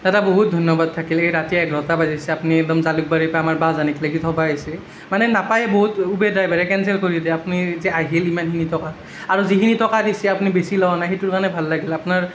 দাদা বহুত ধন্যবাদ থাকিল এই ৰাতি এঘাৰটা বাজিছে আপুনি একদম জালুকবাৰীৰ পা আমাক বাহজানিক লেগি থবা আইহ্ছি মানে নাপায়ে বহুত উবেৰ ড্ৰাইভাৰে কেনচেল কৰি দেই আপনি যে আহিল ইমানখিনি থ'বা আৰু যিখিনি টকা গেছি আপনি বেছি লৱা নাই সেইটোৰ কাৰণে ভাল লাগিল আপনাৰ